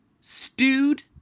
Stewed